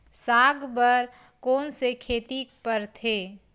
साग बर कोन से खेती परथे?